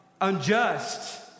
unjust